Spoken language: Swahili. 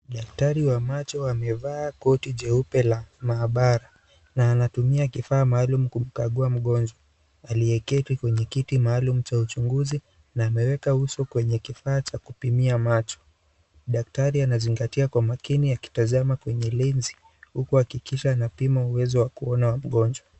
Daktari wa macho amevaa koti jeupe la maabara, na anatumia kifaa maalum kumkagua mgonjwa, aliyeketi kwenye kiti maalum cha uchunguzi, na ameweka uso kwenye kifaa cha kupimia macho. Daktari anazingatia kwa makini akitazama kwenye lenzi, huku akihakikisha anapima uwezo wa kuona wa mgonjwa.